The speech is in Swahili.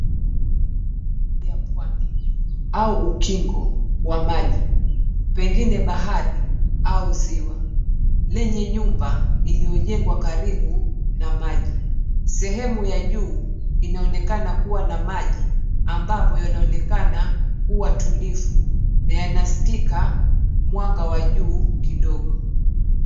Ya pwani au ukingo wa maji, pengine bahari au ziwa, lenye nyumba iliyojengwa karibu na maji. Sehemu ya juu inaonekana kuwa na maji, ambapo yanaonekana kuwa tulivu, yanasikika mwanga wa juu kidogo.